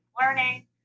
learning